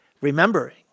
remembering